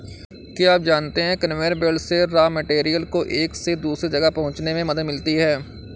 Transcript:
क्या आप जानते है कन्वेयर बेल्ट से रॉ मैटेरियल्स को एक से दूसरे जगह पहुंचने में मदद मिलती है?